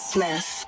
Smith